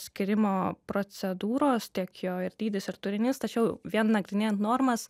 skyrimo procedūros tiek jo ir dydis ir turinys tačiau vien nagrinėjant normas